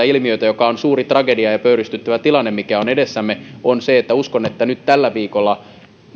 ilmiötä mikä on edessämme ja joka on suuri tragedia ja pöyristyttävä tilanne on se että nyt tällä viikolla